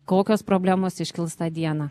kokios problemos iškils tą dieną